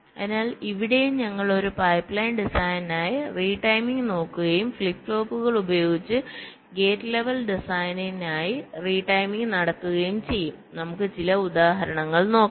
അതിനാൽ ഇവിടെ ഞങ്ങൾ ഒരു പൈപ്പ് ലൈൻ ഡിസൈനിനായി റീടൈമിംഗ് നോക്കുകയും ഫ്ലിപ്പ് ഫ്ലോപ്പുകൾ ഉപയോഗിച്ച് ഗേറ്റ് ലെവൽ ഡിസൈനിനായി റീടൈമിംഗ് നടത്തുകയും ചെയ്യും നമുക്ക് ചില ഉദാഹരണങ്ങൾ നോക്കാം